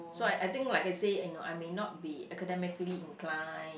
so I I think like I said you know I may not be academically incline